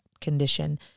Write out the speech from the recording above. condition